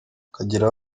akagera